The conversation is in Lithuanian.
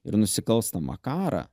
ir nusikalstamą karą